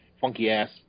funky-ass